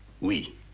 Oui